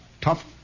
tough